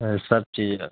ہے سب چیز ہے